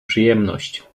przyjemność